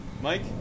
Mike